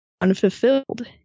unfulfilled